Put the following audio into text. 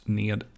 ned